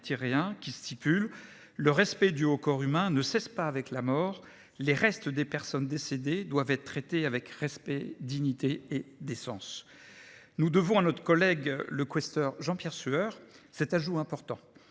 que « le respect dû au corps humain ne cesse pas avec la mort. Les restes des personnes décédées [...] doivent être traités avec respect, dignité et décence ». Nous devons à notre collègue le questeur Jean-Pierre Sueur cet ajout important.